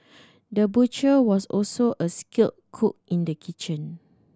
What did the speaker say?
the butcher was also a skilled cook in the kitchen